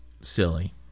silly